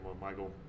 Michael